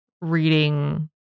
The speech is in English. reading